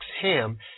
Ham